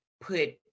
put